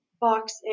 box